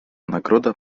nagroda